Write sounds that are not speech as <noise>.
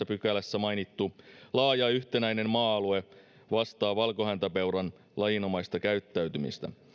<unintelligible> pykälässä mainittu laaja yhtenäinen maa alue vastaa valkohäntäpeuran lajinomaista käyttäytymistä